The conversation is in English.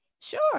Sure